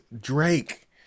Drake